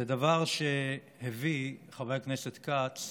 זה דבר שהביא לכך, חבר הכנסת כץ,